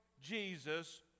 Jesus